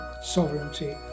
sovereignty